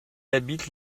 habite